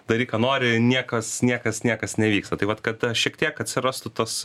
daryk ką nori niekas niekas niekas nevyksta tai vat kad ta šiek tiek atsirastų tas